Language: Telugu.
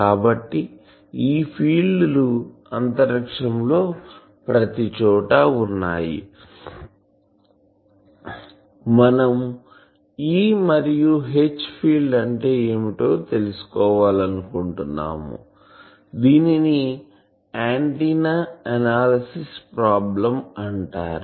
కాబట్టి ఈ ఫీల్డ్లు అంతరిక్షంలో ప్రతిచోటా ఉన్నాయి మనం E మరియు H ఫీల్డ్ అంటే ఏమిటో తెలుసుకోవాలనుకుంటున్నాము దీనిని ఆంటిన్నా ఎనాలిసిస్ ప్రాబ్లెమ్ అంటారు